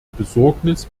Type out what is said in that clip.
besorgnis